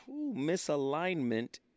misalignment